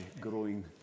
growing